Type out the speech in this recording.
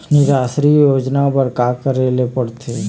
निराश्री योजना बर का का करे ले पड़ते?